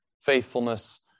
faithfulness